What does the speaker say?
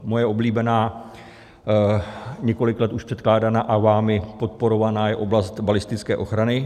Moje oblíbená, několik let už předkládaná a vámi podporovaná je oblast balistické ochrany.